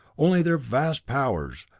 only their vast powers,